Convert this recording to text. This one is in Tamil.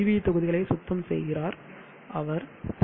வி தொகுதிகளை சுத்தம் செய்கிறார் அவர் பி